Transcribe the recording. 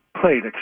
played